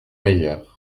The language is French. meilleurs